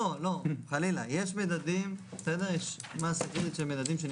זה לא משנה איפה יהיה איזשהו שיעור שהוא קצת יותר